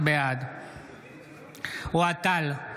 בעד אוהד טל,